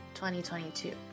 2022